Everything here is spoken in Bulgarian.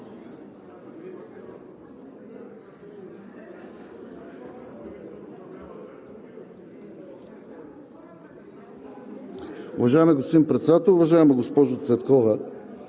Уважаема госпожо Цветкова,